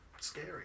scary